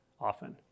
often